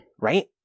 Right